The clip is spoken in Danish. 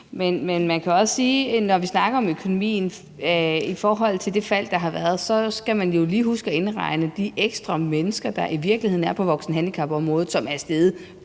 et paradoks i sig selv. Men når vi snakker om økonomien i forhold til det fald, der har været, skal man jo lige huske at indregne de ekstra mennesker, der i virkeligheden er på voksenhandicapområdet, hvor antallet